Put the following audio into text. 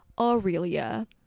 Aurelia